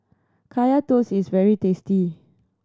Kaya Toast is very tasty